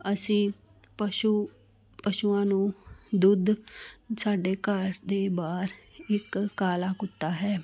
ਅਸੀਂ ਪਸ਼ੂ ਪਸ਼ੂਆਂ ਨੂੰ ਦੁੱਧ ਸਾਡੇ ਘਰ ਦੇ ਬਾਹਰ ਇੱਕ ਕਾਲਾ ਕੁੱਤਾ ਹੈ